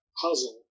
puzzle